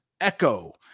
Echo